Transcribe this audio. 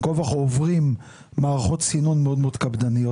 כה וכה עוברים מערכות סינון מאוד מאוד קפדניות,